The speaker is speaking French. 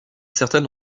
certaines